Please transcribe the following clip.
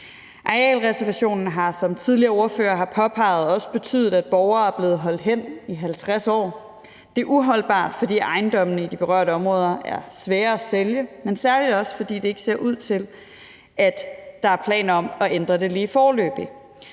Arealreservationen har, som tidligere ordførere har påpeget, også betydet, at borgere er blevet holdt hen i 50 år. Det er uholdbart, fordi ejendommene i de berørte områder er svære at sælge, men særlig også, fordi det ikke ser ud til, at der er planer om at ændre det lige foreløbig.